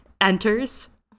enters